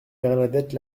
bernadette